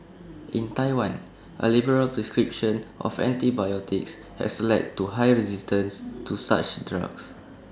in Taiwan A liberal prescription of antibiotics has led to high resistance to such drugs